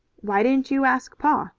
why didn't you ask pa?